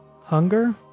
hunger